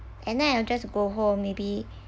and then I'll just go home maybe